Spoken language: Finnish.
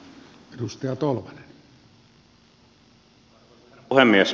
arvoisa herra puhemies